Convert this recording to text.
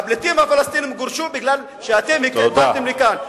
הפליטים הפלסטינים גורשו בגלל שאתם הגעתם לכאן.